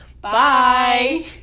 Bye